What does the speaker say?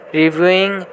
reviewing